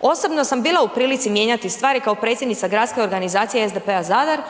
Osobno sam bila u prilici mijenjati stvari kao predsjednica Gradske organizacije SDP-a Zadar